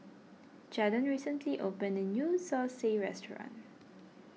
Jadon recently opened a new Zosui restaurant